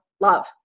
love